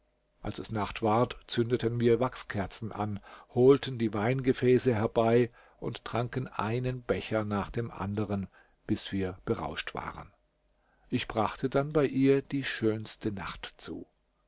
als es nacht ward zündeten wir wachskerzen an holten die weingefäße herbei und tranken einen becher nach dem andern bis wir berauscht waren ich brachte dann bei ihr die schönste nacht zu